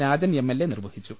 Rajan M L A നിർവ്വഹിച്ചു